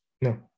No